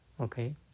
Okay